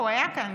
לא, הוא היה כאן.